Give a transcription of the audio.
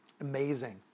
Amazing